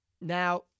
Now